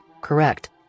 Correct